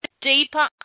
deeper